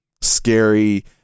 scary